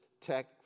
tech